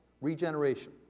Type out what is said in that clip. Regeneration